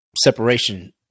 separation